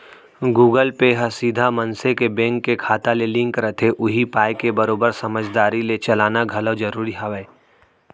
Google Pay ह सीधा मनसे के बेंक के खाता ले लिंक रथे उही पाय के बरोबर समझदारी ले चलाना घलौ जरूरी हावय